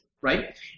right